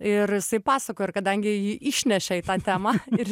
ir jisai pasakojo ar kadangi jį išnešė į tą temą ir